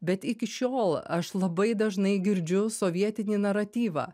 bet iki šiol aš labai dažnai girdžiu sovietinį naratyvą